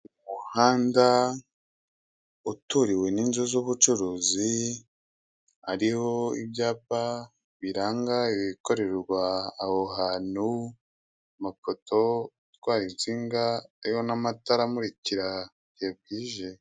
Umuhanda uturiwe n'inzu z'ubucuruzi, hariho ibyapa biranga ibikorerwa aho hantu, amapoto atwaye insinga ariho n'amatara amurikira igihe bwije.